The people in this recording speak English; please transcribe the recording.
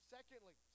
Secondly